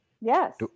Yes